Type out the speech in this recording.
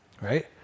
right